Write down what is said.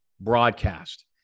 broadcast